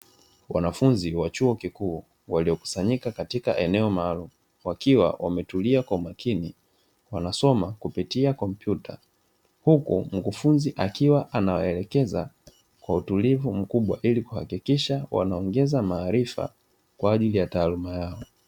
Wanafunzi wa chuo kikuu waliokusanyika katika eneo maalumu wakiwa wametulia kwa umakini, wanasoma kupitia kompyuta huku mkufunzi akiwa anawaelekeza kwa utulivu mkubwa ili kuhakikisha wanaongeza maarifa kwa ajili ya taaluma yao.